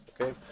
Okay